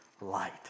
light